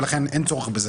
ולכן אין צורך בזה.